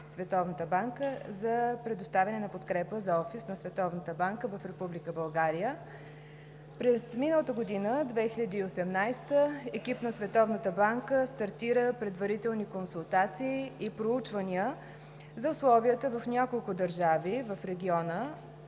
за предоставяне на подкрепа за офис на Световната банка в Република България. През миналата година – 2018-а, екип на Световната банка стартира предварителни консултации и проучвания за условията в няколко държави в региона,